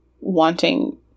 wanting